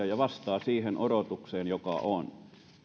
ja vastaavat siihen odotukseen joka on